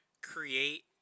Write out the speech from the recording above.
create